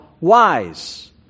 wise